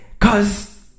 Cause